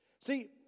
See